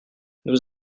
nos